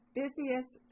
busiest